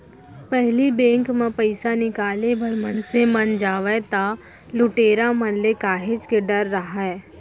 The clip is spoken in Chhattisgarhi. पहिली बेंक म पइसा निकाले बर मनसे मन जावय त लुटेरा मन ले काहेच के डर राहय